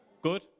Good